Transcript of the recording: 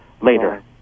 later